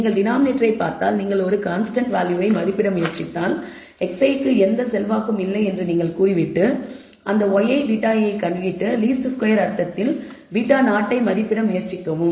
நீங்கள் டினாமினேட்டரை பார்த்தால் நீங்கள் ஒரு கான்ஸ்டன்ட் வேல்யூவை மதிப்பிட முயற்சித்தால் xi க்கு எந்த செல்வாக்கும் இல்லை என்று நீங்கள் கூறிவிட்டு அந்த yβi ஐ கைவிட்டு லீஸ்ட் ஸ்கொயர் அர்த்தத்தில் β0 ஐ மதிப்பிட முயற்சிக்கவும்